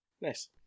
nice